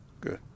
good